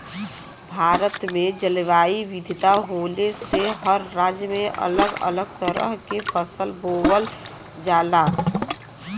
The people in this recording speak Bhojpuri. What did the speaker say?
भारत में जलवायु विविधता होले से हर राज्य में अलग अलग तरह के फसल बोवल जाला